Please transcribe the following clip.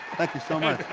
thank you so much.